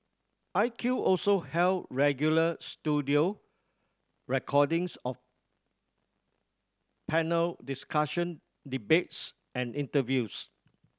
I Q also held regular studio recordings of panel discussion debates and interviews